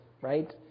Right